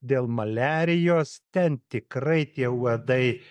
dėl maliarijos ten tikrai tie uodai